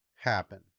happen